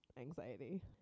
anxiety